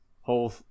whole